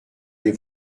les